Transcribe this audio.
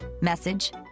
message